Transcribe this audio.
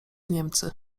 niemcy